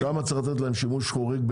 שם צריך לתת להם שימוש חורג,